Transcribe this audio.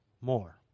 more